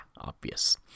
obvious